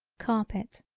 carpet.